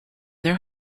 their